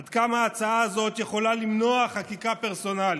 עד כמה ההצעה הזאת יכולה למנוע חקיקה פרסונלית,